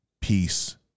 peace